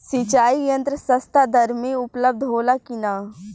सिंचाई यंत्र सस्ता दर में उपलब्ध होला कि न?